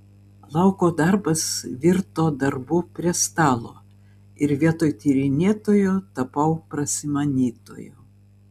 lauko darbas virto darbu prie stalo ir vietoj tyrinėtojo tapau prasimanytoju